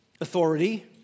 authority